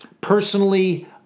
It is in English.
personally